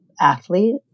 athlete